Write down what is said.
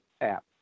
app